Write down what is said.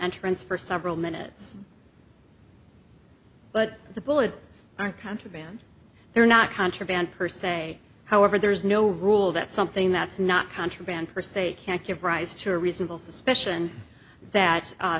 entrance for several minutes but the bullet aren't contraband they're not contraband per se however there is no rule that something that's not contraband per se can give rise to a reasonable suspicion that